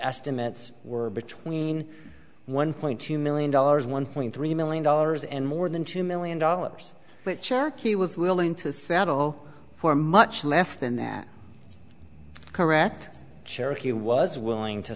estimates were between one point two million dollars one point three million dollars and more than two million dollars but cherokee was willing to settle for much less than that correct cherokee was willing to